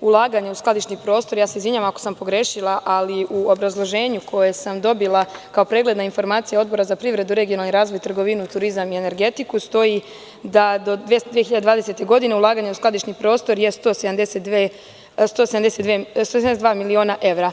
ulaganja u skladišni prostor, izvinjavam se ako sam pogrešila, ali u obrazloženju koje sam dobila kao pregled na informacije Odbora za privredu, regionalni razvoj, trgovinu i turizam i energetiku stoji da – do 2020. godine ulaganje u skladišni prostor je 172 miliona evra.